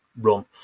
run